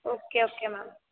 okay okay ma'am